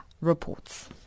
reports